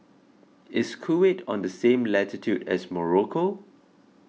is Kuwait on the same latitude as Morocco